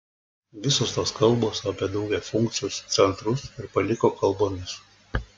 visos tos kalbos apie daugiafunkcius centrus ir paliko kalbomis